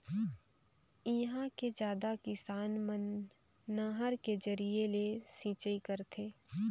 इहां के जादा किसान मन नहर के जरिए ले सिंचई करथे